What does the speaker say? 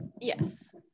Yes